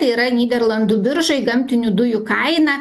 tai yra nyderlandų biržoj gamtinių dujų kainą